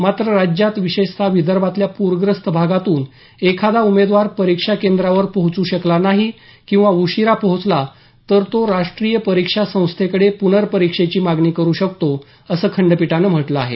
मात्र राज्यात विशेषत विदर्भातल्या पूरग्रस्त भागातून एखादा उमेदवार परीक्षा केंद्रावर पोहोचू शकला नाही किंवा उशीरा पोहोचला तर तो राष्ट्रीय परीक्षा संस्थेकडे पुनर्परीक्षेची मागणी करू शकतो असं खंडपीठानं म्हटलं आहे